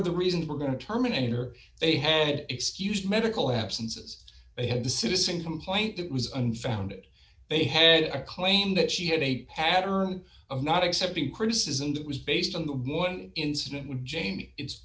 of the reasons we're going to terminate her they had excused medical absences they had a citizen complaint that was unfounded they had a claim that she had a pattern of not accepting criticism that was based on the one incident when jamie it's